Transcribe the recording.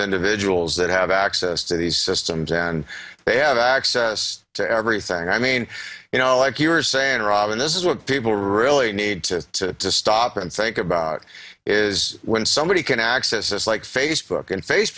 individuals that have access to these systems and they have access to everything i mean you know like you're saying rob and this is what people really need to stop and think about is when somebody can access this like facebook and